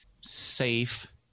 safe